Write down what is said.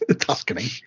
Tuscany